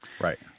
Right